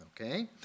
okay